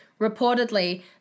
Reportedly